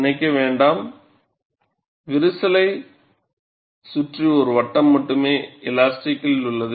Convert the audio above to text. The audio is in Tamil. நினைக்க வேண்டாம் விரிசலைச் சுற்றி ஒரு வட்டம் மட்டுமே எலாஸ்டிக் உள்ளது